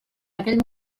aquell